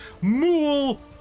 Mool